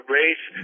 race